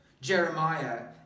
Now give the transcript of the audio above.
Jeremiah